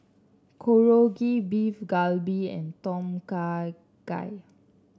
Korokke Beef Galbi and Tom Kha Gai